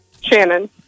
Shannon